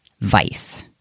vice